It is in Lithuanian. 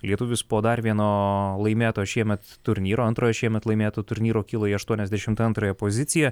lietuvis po dar vieno laimėto šiemet turnyro antrojo šiemet laimėto turnyro kilo į aštuoniasdešimt antrąją poziciją